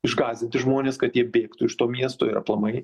išgąsdinti žmones kad jie bėgtų iš to miesto ir aplamai